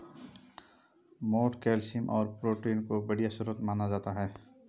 मोठ कैल्शियम और प्रोटीन का बढ़िया स्रोत माना जाता है